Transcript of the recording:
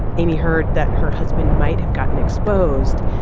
amy heard that her husband might have gotten exposed,